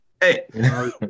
Hey